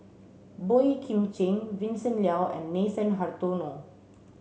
Boey Kim Cheng Vincent Leow and Nathan Hartono